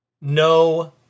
No